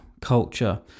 culture